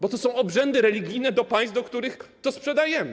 Bo to są obrzędy religijne państw, do których to sprzedajemy.